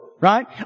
right